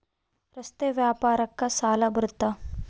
ರಸ್ತೆ ವ್ಯಾಪಾರಕ್ಕ ಸಾಲ ಬರುತ್ತಾ?